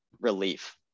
relief